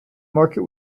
market